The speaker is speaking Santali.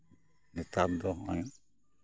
ᱱᱮᱛᱟᱨ ᱫᱚ ᱦᱚᱸᱜ ᱚᱭ